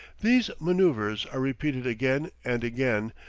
these manoeuvres are repeated again and again,